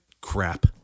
crap